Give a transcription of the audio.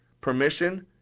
permission